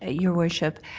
ah your worship,